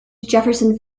jefferson